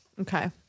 Okay